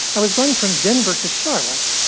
i was going from denver to charlotte,